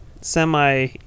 semi